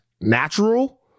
natural